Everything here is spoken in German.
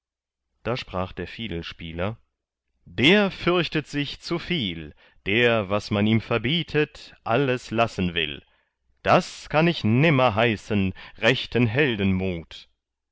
da sprach der fiedelspieler der fürchtet sich zu viel der was man ihm verbietet alles lassen will das kann ich nimmer heißen rechten heldenmut